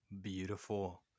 beautiful